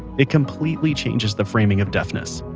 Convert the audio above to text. it completely changes the framing of deafness.